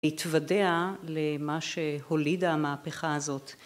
התוודע למה שהולידה המהפכה הזאת.